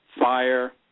fire